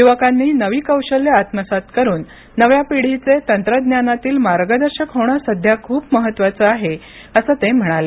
युवकांनी नवी कौशल्यं आत्मसात करुन नव्या पिढीचे तंत्रज्ञानातील मार्गदर्शक होणं सध्या खूप महत्त्वाचं आहे असं ते म्हणाले